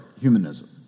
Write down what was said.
humanism